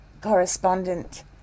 correspondent